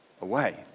away